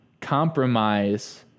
compromise